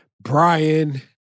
Brian